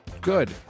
Good